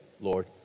Lord